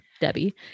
Debbie